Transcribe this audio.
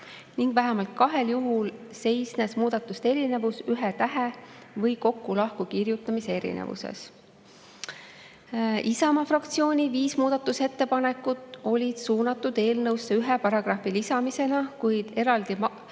Ning vähemalt kahel juhul seisnes muudatuste erinevus ühe tähe või kokku- ja lahkukirjutamise erinevuses. Isamaa fraktsiooni viis muudatusettepanekut olid suunatud eelnõusse ühe paragrahvi lisamisele, kuid kõigepealt